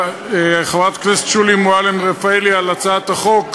חברת הכנסת שולי מועלם-רפאלי, על הצעת החוק.